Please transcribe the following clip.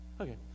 Okay